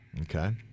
Okay